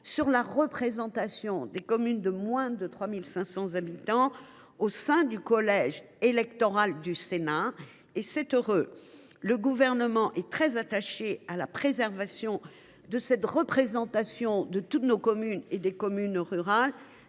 sur la représentation des communes de moins de 3 500 habitants au sein du collège électoral du Sénat, et c’est heureux ! Le Gouvernement est très attaché à la préservation de la représentation de toutes nos communes, en particulier des communes rurales,